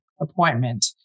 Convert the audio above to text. appointment